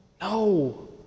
no